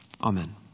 Amen